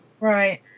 Right